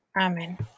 Amen